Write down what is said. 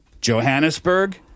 Johannesburg